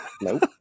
nope